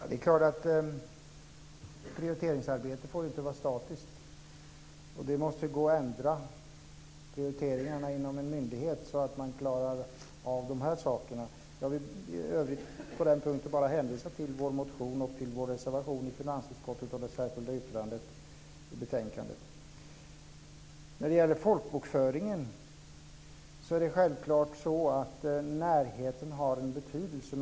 Herr talman! Prioriteringsarbetet får inte vara statiskt. Prioriteringarna inom en myndighet måste gå att ändra så att man klarar av dessa saker. På den punkten vill jag i övrigt hänvisa till vår motion och till vår reservation i finansutskottet och det särskilda yttrandet i betänkandet. När det gäller folkbokföringen har närheten självklart en betydelse.